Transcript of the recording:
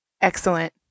Excellent